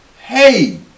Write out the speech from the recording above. Hey